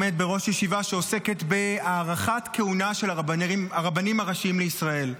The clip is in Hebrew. עומד בראש ישיבה שעוסקת בהארכת כהונה של הרבנים הראשיים לישראל,